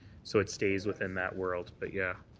so it stays within that world. but yeah